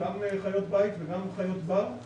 גם חיות בית וגם חיות בר,